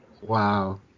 Wow